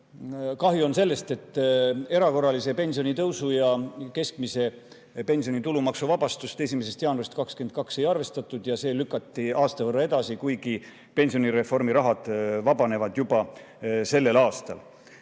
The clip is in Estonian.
kahju on sellest, et erakorralise pensionitõusu ja keskmise pensioni tulumaksuvabastust 1. jaanuarist 2022 ei arvestatud ja see lükati aasta võrra edasi, kuigi pensionireformi raha vabaneb juba sel aastal.